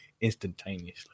instantaneously